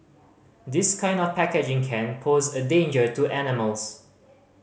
this kind of packaging can pose a danger to animals